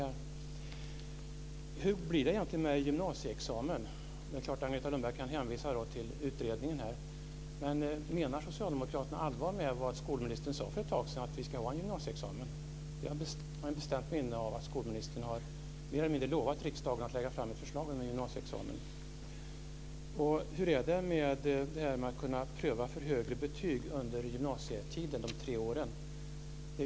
Hur blir det egentligen med gymnasieexamen? Det är klart att Agneta Lundberg kan hänvisa till utredningen. Menar socialdemokraterna allvar med vad skolministern sade för ett tag sedan, att vi ska ha en gymnasieexamen? Jag har ett bestämt minne av att skolministern mer eller mindre har lovat att lägga fram ett förslag om en gymnasieexamen. Hur är det med att kunna pröva för högre betyg de tre åren under gymnasietiden?